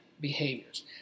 behaviors